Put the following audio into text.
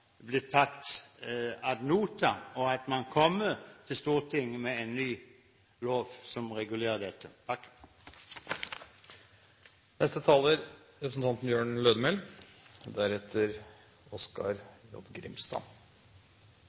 tatt ad notam, og at man kommer til Stortinget med en ny lov som regulerer dette.